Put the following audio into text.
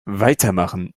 weitermachen